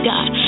God